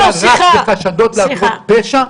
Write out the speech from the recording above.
רק בחשדות לעבירות פשע,